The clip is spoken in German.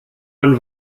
man